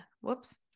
Whoops